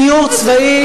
גיור צבאי,